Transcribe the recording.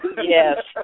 Yes